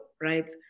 right